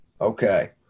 Okay